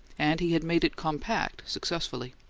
and he had made it compact successfully.